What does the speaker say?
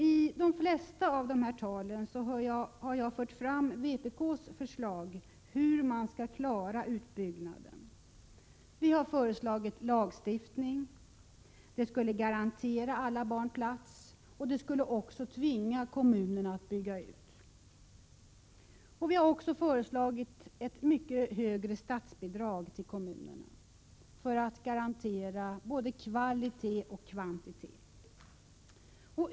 I de flesta av mina tal har jag fört fram vpk:s förslag till hur man skall klara utbyggnaden. Vi har nämligen föreslagit lagstiftning. Därmed skulle alla barn garanteras en plats och kommunerna skulle tvingas bygga ut. Vidare har vi föreslagit mycket högre statsbidrag till kommunerna för att garantera både kvalitet och kvantitet.